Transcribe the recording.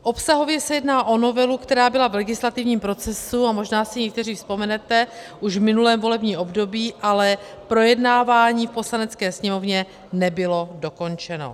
Obsahově se jedná o novelu, která byla v legislativní procesu, a možná si někteří vzpomenete, už v minulém volebním období, ale projednávání v Poslanecké sněmovně nebylo dokončeno.